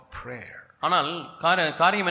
prayer